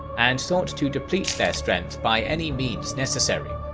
and sought to deplete their strength by any means necessary.